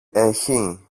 έχει